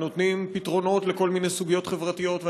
ונותנים פתרונות לכל מיני סוגיות חברתיות,